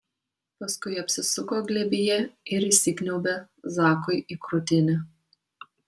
paskui apsisuko glėbyje ir įsikniaubė zakui į krūtinę